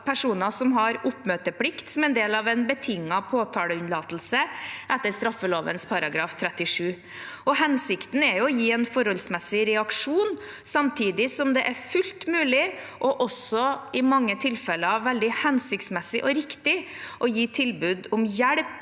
personer som har oppmøteplikt som en del av en betinget påtaleunnlatelse etter straffeloven § 37. Hensikten er å gi en forholdsmessig reaksjon, samtidig som det er fullt mulig – og også i mange tilfeller veldig hensiktsmessig og riktig – å gi tilbud om hjelp